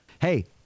Hey